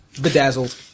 Bedazzled